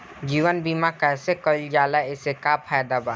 जीवन बीमा कैसे कईल जाला एसे का फायदा बा?